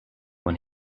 when